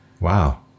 Wow